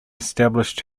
established